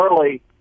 early